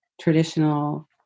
traditional